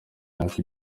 imyaka